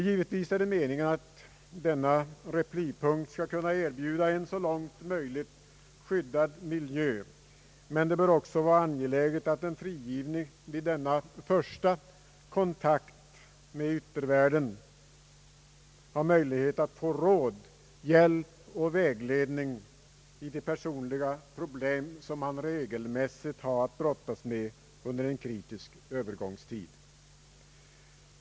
Givetvis är det meningen att denna replipunkt skall kunna erbjuda en så långt möjligt skyddad miljö. Det synes vara av stor betydelse att den frigivna vid denna första kontakt med yttervärlden har möjlighet till råd, hjälp och vägledning i de personliga problem som han regelmässigt har att brottas med under en kritisk övergångstid.